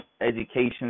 education